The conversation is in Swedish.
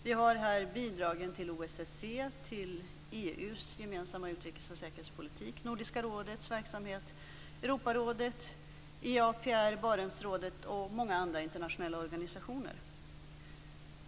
Där finns bidragen till OSSE, EU:s gemensamma utrikesoch säkerhetspolitik, Nordiska rådet, Europarådet, EAPR, Barentsrådet och många andra internationella organisationer.